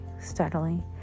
steadily